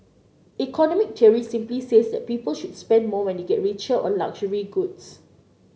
economic theory simply says that people should spend more when they get richer on luxury goods